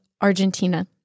Argentina